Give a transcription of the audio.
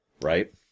right